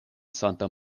santa